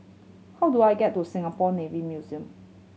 how do I get to Singapore Navy Museum